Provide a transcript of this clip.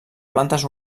plantes